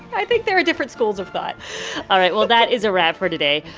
i think there are different schools of thought all right. well, that is a wrap for today.